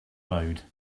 road